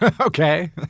Okay